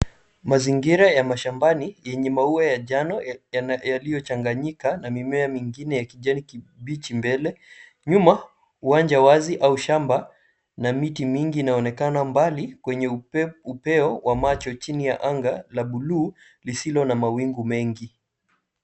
Mazingira ya mashambani yenye maua ya njano yaliyochanganika na mimea mngine ya kijani kibichi mbele. Nyuma uwanja wazi au shamba na miti mingi inaonekana mbali kwenye upeo wa macho chini ya naga la buluu lisilo na mawingu mengi.